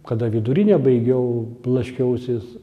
kada vidurinę baigiau blaškiausis